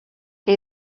que